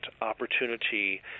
opportunity